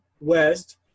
West